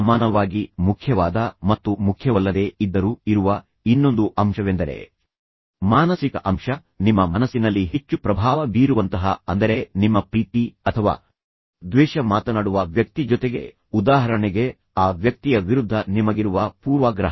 ಸಮಾನವಾಗಿ ಮುಖ್ಯವಾದ ಮತ್ತು ಮುಖ್ಯವಲ್ಲದೆ ಇದ್ದರು ಇರುವ ಇನ್ನೊಂದು ಅಂಶವೆಂದರೆ ಮಾನಸಿಕ ಅಂಶ ನಿಮ್ಮ ಮನಸ್ಸಿನಲ್ಲಿ ಹೆಚ್ಚು ಪ್ರಭಾವ ಬೀರುವಂತಹ ಅಂದರೆ ನಿಮ್ಮ ಪ್ರೀತಿ ಅಥವಾ ದ್ವೇಷ ಮಾತನಾಡುವ ವ್ಯಕ್ತಿ ಜೊತೆಗೆ ಉದಾಹರಣೆಗೆ ಆ ವ್ಯಕ್ತಿಯ ವಿರುದ್ಧ ನಿಮಗಿರುವ ಪೂರ್ವಾಗ್ರಹ